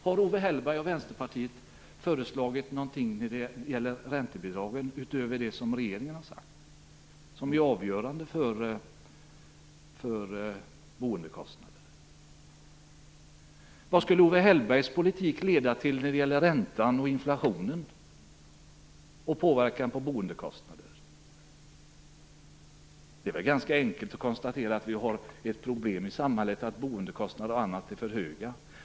Har Owe Hellberg och Vänsterpartiet föreslagit någonting när det gäller räntebidragen, utöver det som regeringen har sagt, som är avgörande för boendekostnaderna? Vad skulle Owe Hellbergs politik leda till när det gäller räntan, inflationen och påverkan på boendekostnaderna? Det är ganska enkelt att konstatera att vi har ett problem i samhället, att boendekostnader och annat är för höga.